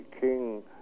king